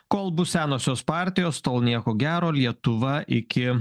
kol bus senosios partijos tol nieko gero lietuva iki